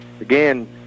Again